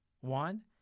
One